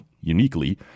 uniquely